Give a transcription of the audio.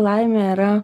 laimė yra